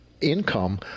Income